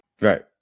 right